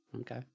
Okay